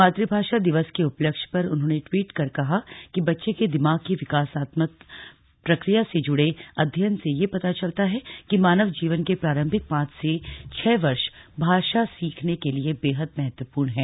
मातुभाषा दिवस के उपलक्ष्य पर उन्होंने ट्वीट कर कहा कि बच्चे के दिमाग की विकासात्मक प्रक्रिया से जुड़े अध्ययन से यह पता चलता है कि मानव जीवन के प्रारंभिक पांच से छह वर्ष भाषा सीखने लिए बेहद महत्वपूर्ण हैं